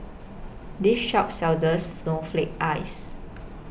This Shop sells Snowflake Ice